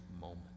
moment